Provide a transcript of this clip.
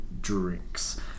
drinks